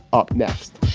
up next